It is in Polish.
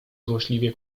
złośliwie